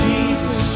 Jesus